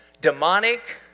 Demonic